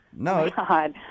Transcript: No